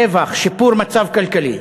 רווח, שיפור מצב כלכלי.